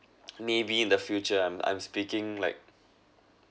maybe in the future and I'm speaking like